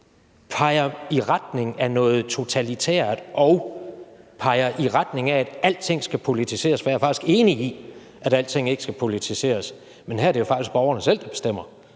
peger i retning af noget totalitært og peger i retning af, at alting skal politiseres. For jeg er faktisk enig i, at alting ikke skal politiseres, men her er det jo faktisk borgerne selv, der bestemmer,